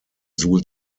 suhl